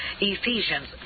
Ephesians